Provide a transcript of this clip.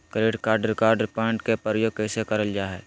Credit card reward point के प्रयोग कैसे करल जा है?